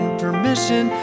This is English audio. permission